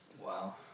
Wow